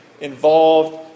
involved